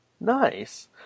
Nice